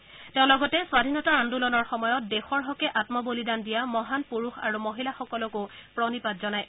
শ্ৰীমোডীয়ে লগতে স্বাধীনতা আন্দোলনৰ সময়ত দেশৰ হকে আত্মবলিদান দিয়া মহান পুৰুষ আৰু মহিলাসকলকো প্ৰণিপাত জনায়